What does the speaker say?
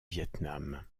vietnam